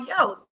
yo